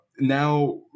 now